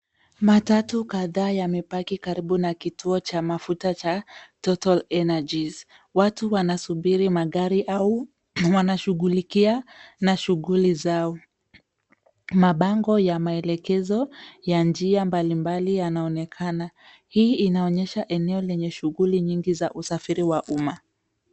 Matatu kadhaa yamepaki karibu na kituo cha mafuta cha total energies. Watu wanasubiri magari au wanashugulikia na shuguli zao. Mabango ya maelekezo ya njia mbalimbali yanaonekana. Hii inaonyesha eneo lenye shuguli nyingi za usafiri wa umma.